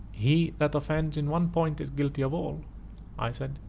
he that offends in one point is guilty of all i said,